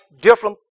different